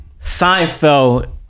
Seinfeld